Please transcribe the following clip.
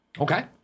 Okay